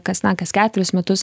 kas na kas keturius metus